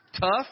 tough